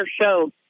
show